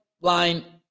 line